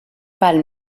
val